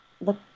look